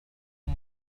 إلى